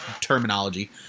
terminology